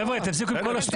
חבר'ה, תפסיקו עם כל השטויות.